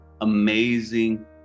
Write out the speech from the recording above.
amazing